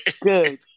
Good